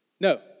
no